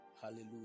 Hallelujah